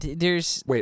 Wait